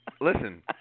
listen